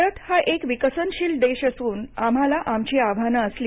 भारत हा एक विकसनशील देश असून आम्हाला आमची आव्हानं असली